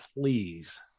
please